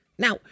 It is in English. Now